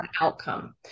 outcome